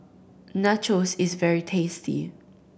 nachos is very tasty